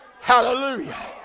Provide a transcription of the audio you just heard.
Hallelujah